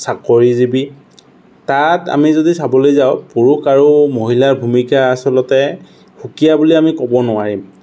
চাকৰিজীৱি তাত আমি যদি চাবলৈ যাওঁ পুৰুষ আৰু মহিলাৰ ভূমিকা আচলতে সুকীয়া বুলি আমি ক'ব নোৱাৰিম